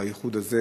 על האיחוד הזה,